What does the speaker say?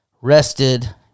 rested